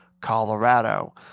Colorado